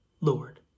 Lord